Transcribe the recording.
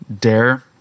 dare